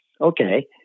okay